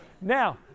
Now